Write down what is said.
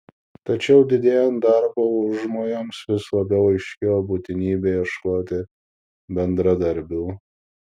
tačiau didėjant darbo užmojams vis labiau aiškėjo būtinybė ieškoti bendradarbių